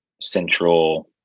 central